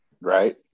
Right